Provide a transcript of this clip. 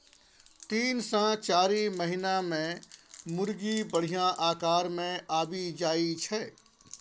तीन सँ चारि महीना मे मुरगी बढ़िया आकार मे आबि जाइ छै